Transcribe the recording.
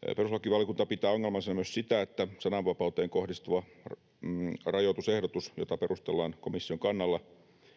Perustuslakivaliokunta pitää ongelmallisena myös sitä, että sananvapauteen kohdistuva rajoitusehdotus, jota perustellaan komission kannalla,